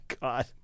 god